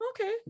Okay